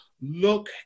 look